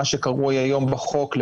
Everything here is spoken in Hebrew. מה שקרוי היום בחוק,